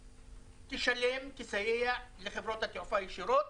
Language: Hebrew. ותשלם, תסייע לחברות התעופה הישירות,